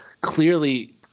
clearly